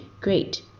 great